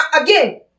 again